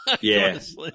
Yes